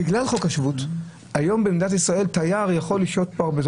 בגלל חוק השבות היום במדינת ישראל תייר יכול לשהות הרבה זמן.